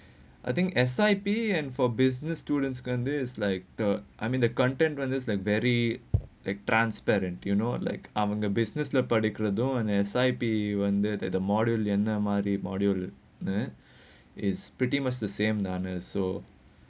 I think S_I_T and for business students can this like the I mean the content rather like very transparent you know like among the business lah particular door and S_I_T wanted that the module module then is pretty much the same so